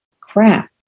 crap